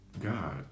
God